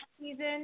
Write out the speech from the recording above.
season